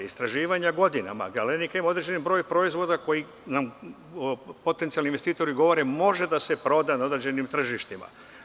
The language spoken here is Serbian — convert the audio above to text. Istraživanja godinama, „Galenika“ ima određeni broj proizvoda koji nam potencijalni investitori govore da može da se prodaje na određenim tržištima.